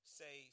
say